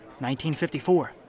1954